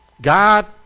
god